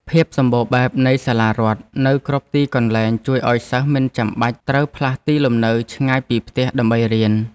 ភាពសម្បូរបែបនៃសាលារដ្ឋនៅគ្រប់ទីកន្លែងជួយឱ្យសិស្សមិនចាំបាច់ត្រូវផ្លាស់ទីលំនៅឆ្ងាយពីផ្ទះដើម្បីរៀន។